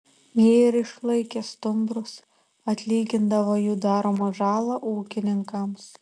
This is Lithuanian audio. jie ir išlaikė stumbrus atlygindavo jų daromą žalą ūkininkams